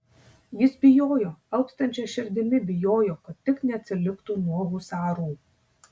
jis bijojo alpstančia širdimi bijojo kad tik neatsiliktų nuo husarų